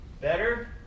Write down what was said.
Better